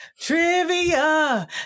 trivia